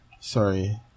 Sorry